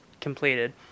completed